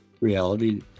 reality